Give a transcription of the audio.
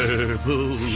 Purple